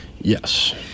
Yes